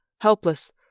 helpless